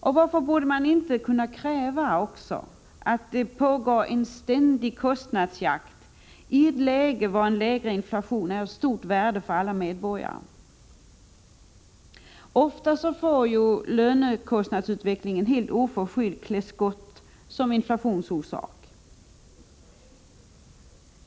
Och varför bör man inte kunna kräva att det skall pågå en ständig kostnadsjakt i ett läge då en lägre inflation är av stort värde för medborgarna? Ofta får lönekostnadsutvecklingen helt oförskyllt klä skott som inflationsorsak.